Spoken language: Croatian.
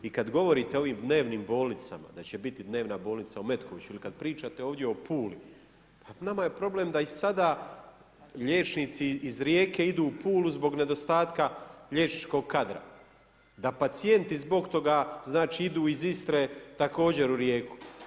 I kada govorite o ovim dnevnim bolnicama, da će biti dnevna bolnica u Metkoviću ili kada pričate ovdje o Puli, pa nama je problem da i sada liječnici iz Rijeke idu u Pulu zbog nedostatka liječničkog kadra, da pacijenti zbog toga, znači idu iz Istre također u Rijeku.